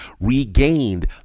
regained